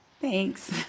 Thanks